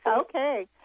Okay